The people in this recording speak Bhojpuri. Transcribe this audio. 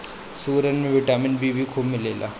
सुरन में विटामिन बी खूब मिलेला